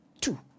Two